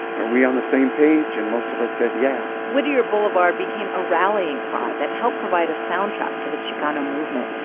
are we on the same page? and most of us said, yeah whittier blvd. became a rallying cry that helped provide a soundtrack for the chicano movement.